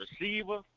receiver